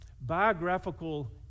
biographical